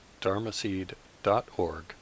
dharmaseed.org